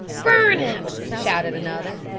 burn him! shouted another.